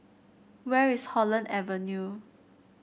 where is Holland Avenue